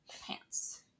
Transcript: pants